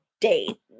date